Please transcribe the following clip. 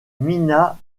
minas